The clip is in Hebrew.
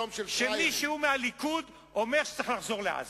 שמישהו מהליכוד אומר שצריך לחזור לעזה.